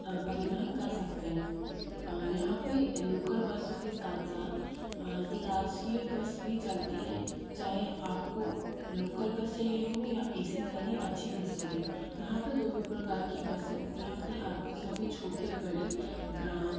परिवहन कर सकते हैं यहाँ पर लोकल बसों के साथ साथ अन्तर्राज्यीय बस भी चलती हैं चाहे आप को लोकल बस चाहिए हो या एसी वाली अच्छी बस चली हो यहाँ पर दोनों प्रकार की बसें उपलब्ध हैं आप को सभी छोट बड़े ग्राम